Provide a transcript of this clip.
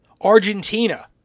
Argentina